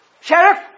Sheriff